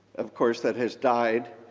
of course, that has died,